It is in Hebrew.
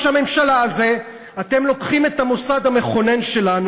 הממשלה הזה אתם לוקחים את המוסד המכונן שלנו,